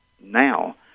now